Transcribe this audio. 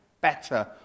better